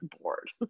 bored